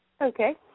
Okay